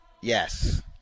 Yes